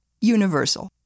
universal